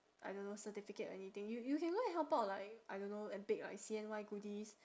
I don't know certificate or anything you you can go and help out like I don't know and bake like C_N_Y goodies